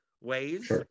ways